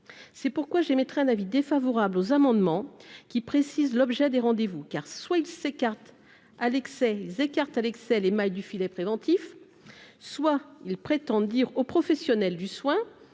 c'est pourquoi j'émettrai un avis défavorable aux amendements qui précise l'objet des rendez-vous car soit ils s'écartent Alexey écarte à l'excès les mailles du filet préventif, soit ils prétendent dire aux professionnels du soin,